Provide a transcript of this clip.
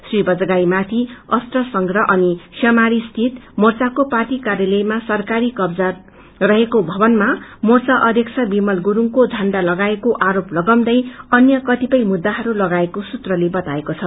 श्री बजगाई माथि अस्त्र संग्रह अनि सिंहमारी स्थित मोर्चाको पार्टी कार्यालयमा सरकारी कब्जा रहेको भवनमा मोर्चा अध्यक्ष विमल गुरूङको झण्डा लगाएको आरोप लगाउँदै अन्य कतिपय मुद्दाहरू लगाएको सुत्रले बताएको छ